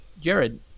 Jared